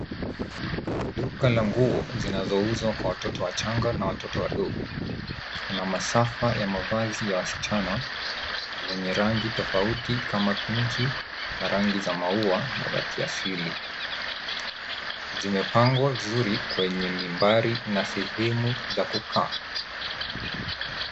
Duka la nguo zinazouzwa kwa watoto wachanga na watoto wadogo. Kuna masafa ya mavazi ya wasichana zenye rangi tofauti kama pinki na rangi za maua na za kiasili. Zimepangwa vizuri kwenye mimbari na sehemu za kukaa.